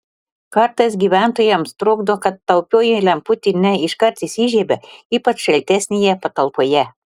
kartais gyventojams trukdo kad taupioji lemputė ne iškart įsižiebia ypač šaltesnėje patalpoje